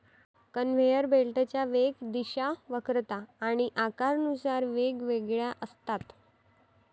conveyor बेल्टच्या वेग, दिशा, वक्रता आणि आकारानुसार वेगवेगळ्या असतात